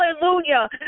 Hallelujah